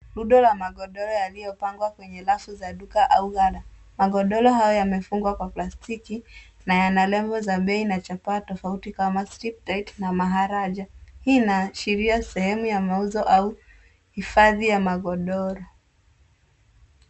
Rundo la magodoro yaliyopangwa kwenye rafu za duka au gala .Magodoro hayo yamefungwa kwa plastiki na yana lebo za bei na chapaa tofauti kama, sleep tight na maharaja. Hii inaashiria sehemu ya mauzo au hifadhi ya magodoro.